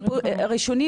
טיפול ראשוני,